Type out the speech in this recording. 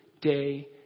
day